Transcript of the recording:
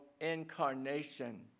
incarnation